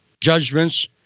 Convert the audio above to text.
judgments